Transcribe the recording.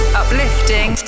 uplifting